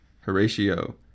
Horatio